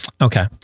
Okay